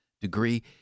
degree